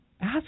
ask